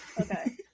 Okay